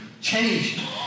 changed